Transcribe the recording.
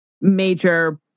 major